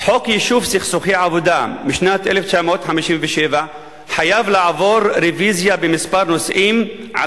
חוק יישוב סכסוכי עבודה משנת 1957 חייב לעבור רוויזיה בכמה נושאים על